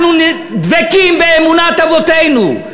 אנחנו דבקים באמונת אבותינו.